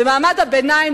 ומעמד הביניים,